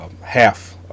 Half